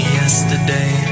yesterday